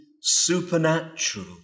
supernatural